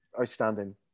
Outstanding